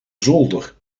zolder